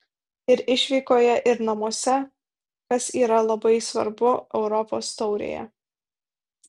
ir išvykoje ir namuose kas yra labai svarbu europos taurėje